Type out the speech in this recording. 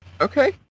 Okay